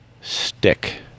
stick